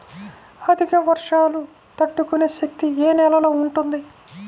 అధిక వర్షాలు తట్టుకునే శక్తి ఏ నేలలో ఉంటుంది?